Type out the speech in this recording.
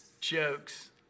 Jokes